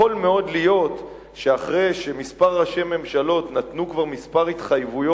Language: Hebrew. יכול מאוד להיות שאחרי שכמה ראשי ממשלות נתנו כבר כמה התחייבויות,